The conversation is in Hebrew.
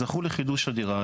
זכו לחידוש הדירה,